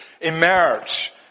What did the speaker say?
emerge